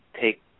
take